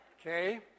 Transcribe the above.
Okay